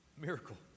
miracle